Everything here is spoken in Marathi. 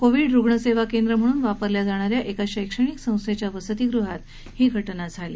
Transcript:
कोविड रुग्णसेवा केंद्र म्हणून वापरल्या जाणा या एका शैक्षणिक संस्थेच्या वसतीगृहात ही घटना घडली